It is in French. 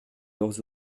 leurs